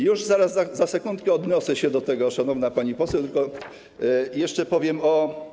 Już zaraz, za sekundkę odniosę się do tego, szanowna pani poseł, tylko jeszcze powiem o.